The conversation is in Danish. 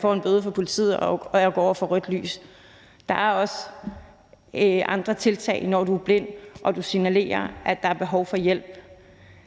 får en bøde af politiet for at gå over for rødt lys. Så der er også andre tiltag, når du er blind og du signalerer, at der er behov for hjælp,